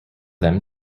them